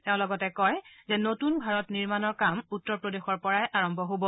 তেওঁ লগতে কয় যে নতুন ভাৰত নিৰ্মাণৰ কাম উত্তৰ প্ৰদেশৰ পৰাই আৰম্ভ হব